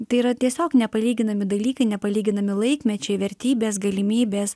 tai yra tiesiog nepalyginami dalykai nepalyginami laikmečiai vertybės galimybės